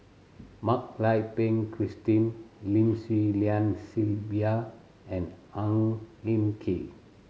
Mak Lai Peng Christine Lim Swee Lian Sylvia and Ang Hin Kee